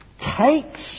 takes